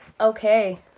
Okay